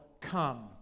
come